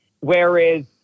Whereas